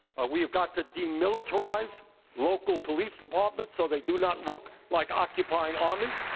ah we have got to demilitarize local police departments so they do not look like occupying armies.